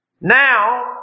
Now